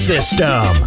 System